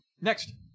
Next